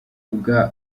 bwa